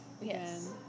Yes